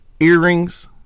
earrings